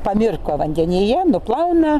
pamirko vandenyje nuplauna